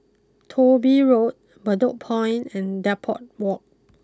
Thong Bee Road Bedok Point and Depot walk